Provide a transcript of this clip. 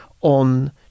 on